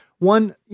One